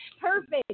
perfect